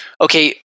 Okay